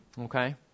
Okay